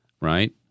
right